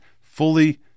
fully